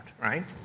right